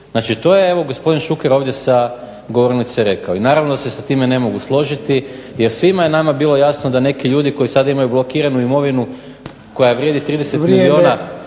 Znači, to je evo gospodin Šuker ovdje sa govornice rekao. I naravno da se sa time ne mogu složiti jer svima je nama bilo jasno da neki ljudi koji sada imaju blokiranu imovinu koja vrijedi 30 milijuna